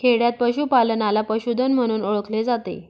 खेडयांत पशूपालनाला पशुधन म्हणून ओळखले जाते